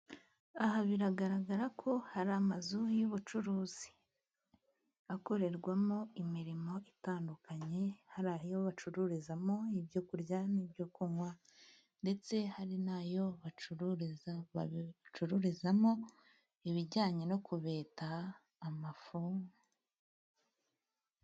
Aha biragaragara ko hari amazu y'ubucuruzi, akorerwamo imirimo itandukanye, hari ayo bacururizamo ibyo kurya n'ibyo kunywa, ndetse hari n'ayo bacururizamo ibijyanye no kubeta amafumu.